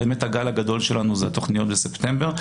באמת הגל הגדול שלנו זה התכניות בספטמבר,